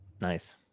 Nice